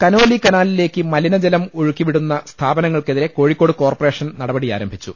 Conolly കനാലിലേക്ക് മലിനജലം ഒഴുക്കി വിടുന്ന സ്ഥാപ നങ്ങൾക്കെതിരെ കോഴിക്കോട് കോർപ്പറേഷൻ നടപടിയാരംഭി ച്ചു